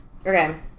Okay